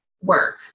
work